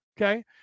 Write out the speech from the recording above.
Okay